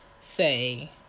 say